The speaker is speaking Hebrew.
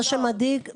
מה שמדאיג,